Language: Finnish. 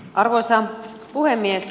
arvoisa puhemies